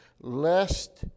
lest